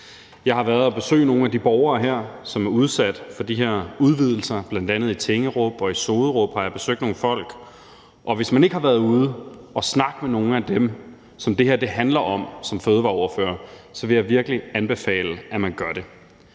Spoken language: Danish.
Jeg har besøgt nogle af de borgere her, som er udsat for de her udvidelser – bl.a. i Tingerup og Soderup har jeg besøgt nogle folk – og hvis man som fødevarerordfører ikke har været ude og snakke med nogle af dem, som det her handler om, vil jeg virkelig anbefale, at man gør det.